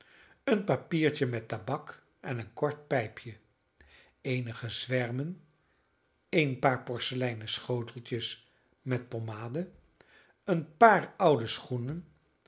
een papiertje met tabak en een kort pijpje eenige zwermen een paar porseleinen schoteltjes met pommade een paar oude schoenen